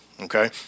Okay